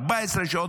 14 שעות,